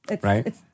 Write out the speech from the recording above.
Right